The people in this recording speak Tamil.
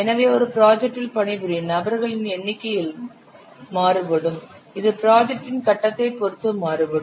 எனவே ஒரு ப்ராஜெக்டில் பணிபுரியும் நபர்களின் எண்ணிக்கையில் மாறுபடும் இது ப்ராஜெக்டின் கட்டத்தை பொருத்து மாறுபடும்